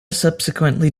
subsequently